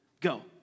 Go